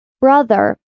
Brother